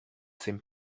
saint